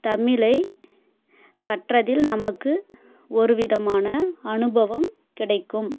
தமிழை கற்றதில் நமக்கு ஒரு விதமான அனுபவம் கிடைக்கும்